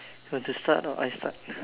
you want to start or I start